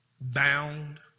bound